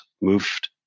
moved